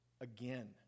again